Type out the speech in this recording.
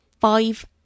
five